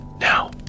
Now